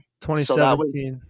2017